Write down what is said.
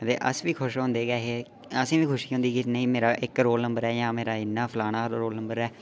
ते अस बी खुश होंदे गै ऐ हे असें गी बी खुशी होंदी ही कि मेरा इक रोल नम्बर ऐ जां मेरा इ'न्ना फलाना रोल नम्बर ऐ